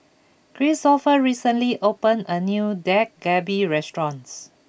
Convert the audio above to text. Kristoffer recently opened a new Dak Galbi restaurant